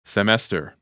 Semester